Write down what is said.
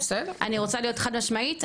אני רוצה להיות חד משמעית,